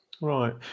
Right